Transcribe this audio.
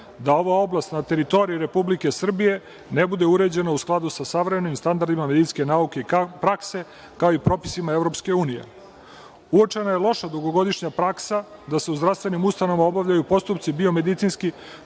da ova oblast na teritoriji Republike Srbije ne bude uređena u skladu sa savremenim standardima medicinske nauke i prakse, kao i propisima EU.Uočena je loša dugogodišnja praksa da se u zdravstvenim ustanovama obavljaju postupci biomedicinski